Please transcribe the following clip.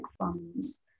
funds